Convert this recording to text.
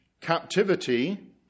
captivity